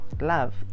love